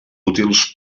útils